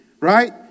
right